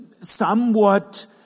somewhat